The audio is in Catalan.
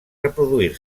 reproduir